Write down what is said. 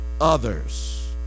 others